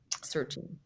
searching